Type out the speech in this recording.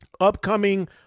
upcoming